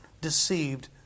deceived